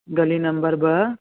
गली नंंबर ॿ